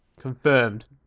Confirmed